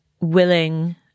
willing